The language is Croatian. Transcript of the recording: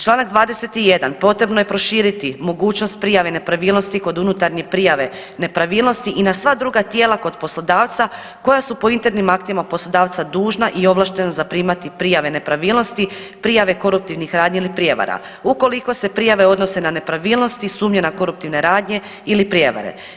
Članak 21. potrebno je proširiti mogućnost prijave nepravilnosti kod unutarnje prijave nepravilnosti i na sve druga tijela kod poslodavca koja su po internim aktima poslodavca dužna i ovlaštena zaprimati prijave nepravilnosti, prijave koruptivnih radnji ili prijevara ukoliko se prijave odnose na nepravilnosti, sumnje na koruptivne radnje ili prijevare.